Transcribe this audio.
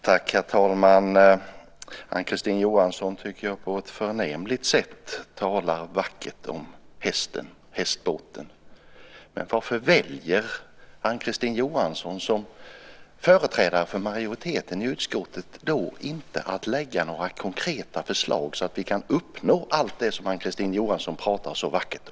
Herr talman! Jag tycker att Ann-Kristine Johansson på ett förnämligt sätt talar vackert om hästen och hästsporten. Men varför väljer Ann-Kristine Johansson som företrädare för majoriteten i utskottet då inte att lägga fram några konkreta förslag, så att vi kan uppnå allt det som hon pratar så vackert om?